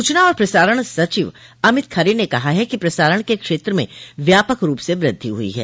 सूचना और प्रसारण सचिव अमित खरे ने कहा है कि प्रसारण के क्षेत्र में व्यापक रूप से वृद्धि हुई है